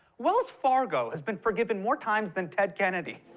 wells fargo has been forgiven more times than ted kennedy.